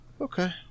Okay